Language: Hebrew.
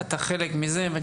ואתה חלק מזה.